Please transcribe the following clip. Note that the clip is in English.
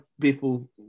people